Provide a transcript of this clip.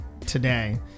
today